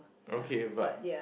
okay but